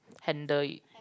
handle it